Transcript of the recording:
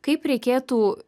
kaip reikėtų